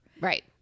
Right